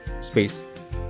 space